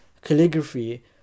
calligraphy